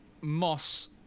moss